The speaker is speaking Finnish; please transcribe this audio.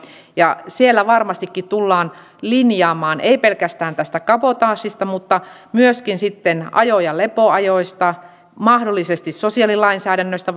ja siellä varmastikin tullaan linjaamaan ei pelkästään tästä kabotaasista vaan myöskin sitten ajo ja lepoajoista mahdollisesti sosiaalilainsäädännöstä